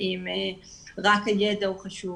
האם רק הידע הוא חשוב,